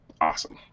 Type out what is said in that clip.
awesome